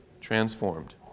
Transformed